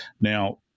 Now